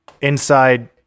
inside